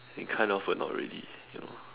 it kind of a not ready you know